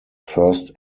first